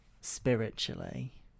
spiritually